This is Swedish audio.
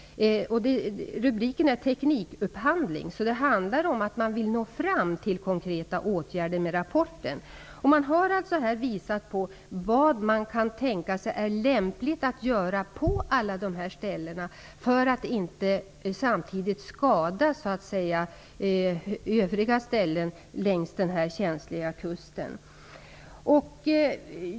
Rubriken är Teknikupphandling. Det handlar alltså om att man vill nå fram till konkreta åtgärder. Man har visat på vad som kan vara lämpligt att göra på alla dessa platser utan att man därför samtidigt skadar övriga platser längs den känsliga kusten.